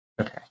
Okay